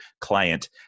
client